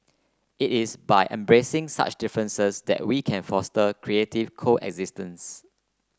it is by embracing such differences that we can foster creative coexistence